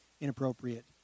inappropriate